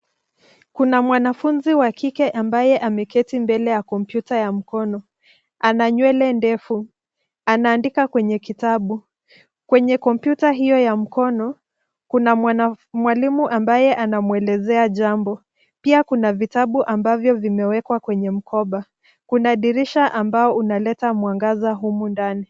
Kuna mwanafunzi wa kike ambaye ameketi mbele ya kompyuta ya mkono. Ana nywele ndefu. Anaandika kwenye kitabu. Kwenye kompyuta hiyo ya mkono, kuna mwana mwalimu ambaye anamwelezea jambo. Pia kuna vitabu ambavyo vimewekwa kwenye mkoba. Kuna dirisha ambao unaleta mwangaza humu ndani.